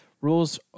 Rules